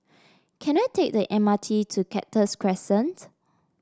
can I take the M R T to Cactus Crescent